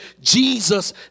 Jesus